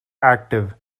active